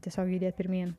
tiesiog judėt pirmyn